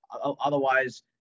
Otherwise